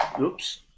oops